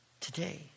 today